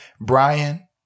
Brian